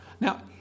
Now